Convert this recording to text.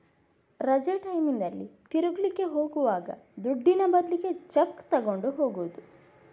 ರಜೆ ಟೈಮಿನಲ್ಲಿ ತಿರುಗ್ಲಿಕ್ಕೆ ಹೋಗುವಾಗ ದುಡ್ಡಿನ ಬದ್ಲಿಗೆ ಚೆಕ್ಕು ತಗೊಂಡು ಹೋಗುದು